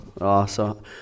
awesome